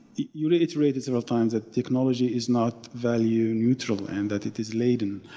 you reiterated several times that technology is not value-neutral and that it is laden.